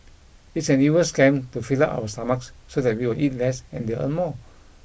it's an evil scam to fill up our stomachs so that we will eat less and they'll earn more